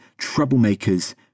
troublemakers